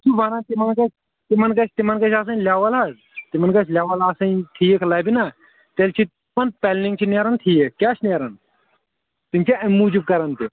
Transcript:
تِم چھِ وَنان تِمَن گژھِ تِمَن گژھِ تِمَن گژھِ آسٕنۍ لٮ۪وَل حظ تِمَن گژھِ لٮ۪وَل آسٕنۍ ٹھیٖک لَبہِ نا تیٚلہِ چھِ تِمَن پٮ۪لنِنٛگ چھِ نَیران ٹھیٖک کیٛاہ چھِ نَیران تِم چھِ اَمہِ موٗجوٗب کَران تہِ